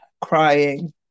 crying